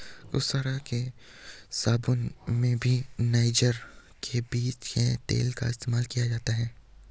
कुछ तरह के साबून में भी नाइजर के बीज के तेल का इस्तेमाल किया जाता है